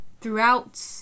throughout